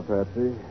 Patsy